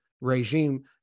regime